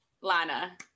Lana